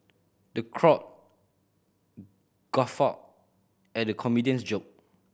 the crowd guffawed at the comedian's joke